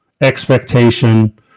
expectation